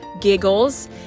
giggles